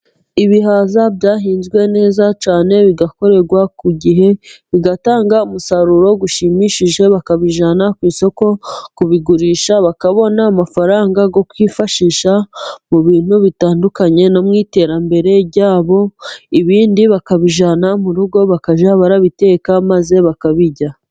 Ibihaza byahinzwe neza cyane, bigakorerwa ku gihe, bigatanga umusaruro ushimishije, bakabijyana ku isoko kubigurisha, bakabona amafaranga yo kwifashisha mu bintu bitandukanye no mu iterambere rya bo, ibindi bakabijyana mu rugo, bakajya barabiteka, maze bakabirya.